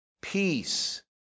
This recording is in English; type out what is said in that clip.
peace